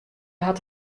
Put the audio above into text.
hat